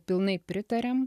pilnai pritariam